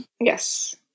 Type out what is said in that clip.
Yes